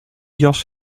jas